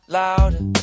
louder